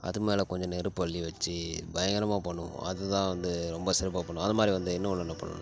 அது மேல கொஞ்சம் நெருப்பு அள்ளி வச்சு பயங்கரமாக பண்ணுவோம் அது தான் வந்து ரொம்ப சிறப்பாக பண்ணுவோம் அது மாரி வந்து இன்னொன்னு என்ன பண்ணுவோம்